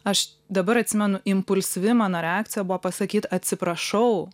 aš dabar atsimenu impulsyvi mano reakcija buvo pasakyt atsiprašau